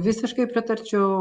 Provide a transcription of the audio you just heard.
visiškai pritarčiau